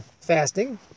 fasting